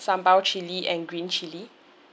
sambal chili and green chili